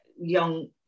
young